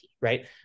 right